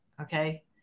Okay